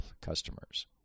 customers